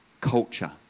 culture